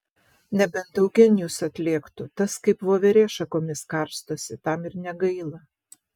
nebent eugenijus atlėktų tas kaip voverė šakomis karstosi tam ir negaila